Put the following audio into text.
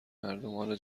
مردمان